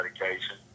medication